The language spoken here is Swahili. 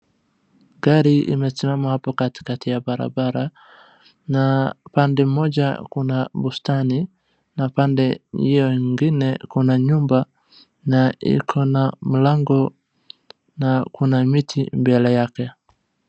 Gari imesimama hapo katikati ya barabara na pande moja kuna bustani na pande hiyo ingine kuna nyumba na iko na mlango na kuna miti mbele yake.